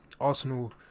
Arsenal